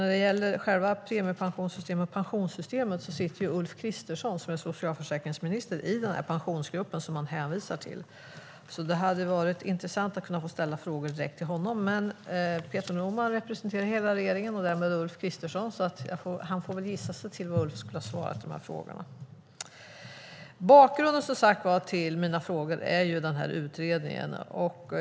När det gäller själva premiepensionssystemet och pensionssystemet hade det varit intressant att få ställa frågor direkt till socialförsäkringsminister Ulf Kristersson; denne sitter i Pensionsgruppen, som det hänvisas till. Men Peter Norman representerar hela regeringen och därmed även Ulf Kristersson, så han får väl gissa sig till vad Ulf skulle ha svarat på frågorna. Bakgrunden till mina frågor är utredningen.